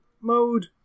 mode